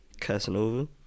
Casanova